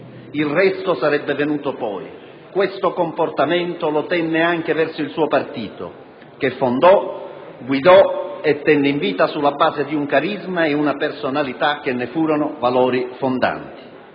il resto sarebbe venuto poi. Tale comportamento tenne anche verso il suo partito, che fondò, guidò e tenne in vita sulla base di un carisma e una personalità che ne furono valori fondanti.